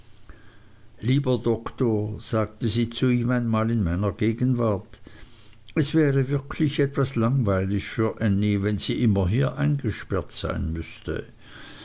lieber doktor sagte sie zu ihm einmal in meiner gegenwart es wäre wirklich etwas langweilig für ännie wenn sie immer hier eingesperrt sein müßte